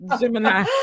Gemini